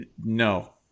No